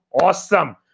Awesome